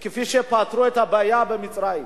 כפי שפתרו את הבעיה במצרים.